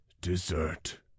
dessert